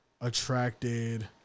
Attracted